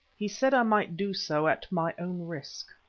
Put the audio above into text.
he said i might do so at my own risk.